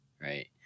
Right